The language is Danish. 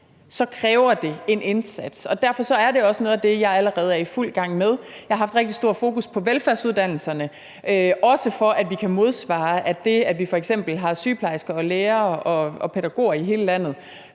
så kræver det en indsats, og derfor er det også noget af det, jeg allerede er i fuld gang med. Jeg har haft rigtig stort fokus på velfærdsuddannelserne, også for, at vi kan modsvare, at vi f.eks. har sygeplejersker og læger og pædagoger i hele landet,